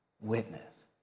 witness